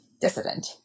dissident